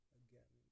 again